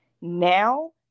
Now